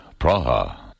Praha